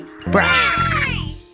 Brush